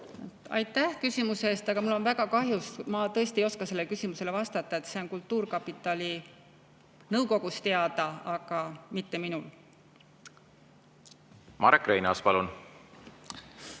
Aitäh küsimuse eest! Mul on väga kahju, aga ma tõesti ei oska sellele küsimusele vastata. See on kultuurkapitali nõukogule teada, aga mitte minule. Marek Reinaas, palun!